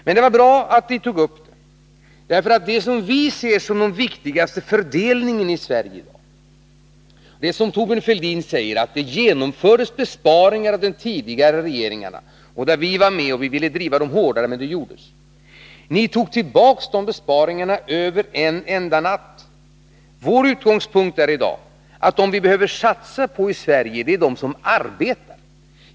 Men det var bra att ni tog upp det. Det är som Thorbjörn Fälldin sade. De tidigare regeringarna genomförde besparingar. Vi var med om dem, och vi ville driva dem hårdare än som skedde. Ni tog emellertid tillbaka de besparingarna över en enda natt. Vår utgångspunkt i dag är att man skall satsa på dem som arbetar.